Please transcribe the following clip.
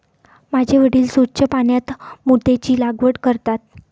माझे वडील स्वच्छ पाण्यात मोत्यांची लागवड करतात